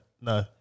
no